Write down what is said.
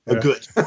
Good